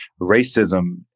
racism